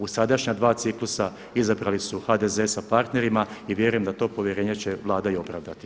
U sadašnja dva ciklusa izabrali su HDZ sa partnerima i vjerujem da to povjerenje će Vlada i opravdati.